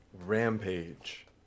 Rampage